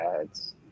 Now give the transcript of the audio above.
ads